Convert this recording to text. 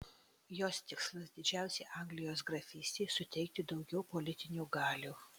jos tikslas didžiausiai anglijos grafystei suteikti daugiau politinių galių